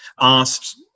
asked